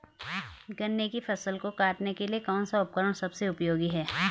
गन्ने की फसल को काटने के लिए कौन सा उपकरण सबसे उपयोगी है?